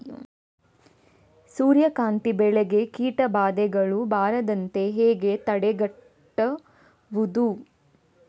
ಸೂರ್ಯಕಾಂತಿ ಬೆಳೆಗೆ ಕೀಟಬಾಧೆಗಳು ಬಾರದಂತೆ ಹೇಗೆ ತಡೆಗಟ್ಟುವುದು?